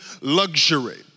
luxury